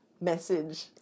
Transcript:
Message